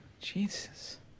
Jesus